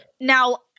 Now